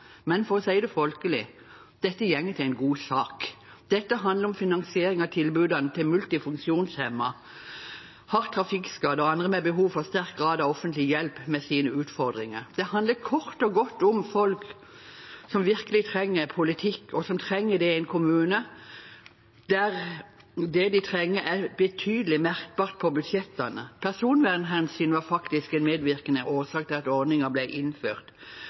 Men for å si det folkelig: Dette går til en god sak. Dette handler om finansiering av tilbudene til multifunksjonshemmede, hardt trafikkskadde og andre med behov for en sterk grad av offentlig hjelp med sine utfordringer. Det handler kort og godt om folk som virkelig trenger en politikk i en kommune som er betydelig merkbar på budsjettene. Personvernhensyn var faktisk en medvirkende årsak til at ordningen ble innført.